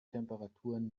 temperaturen